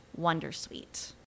wondersuite